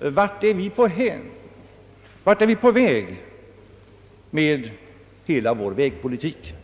Vart är vi på väg med hela vår vägpolitik?